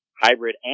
hybrid